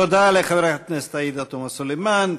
תודה לחברת הכנסת עאידה תומא סלימאן.